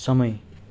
समय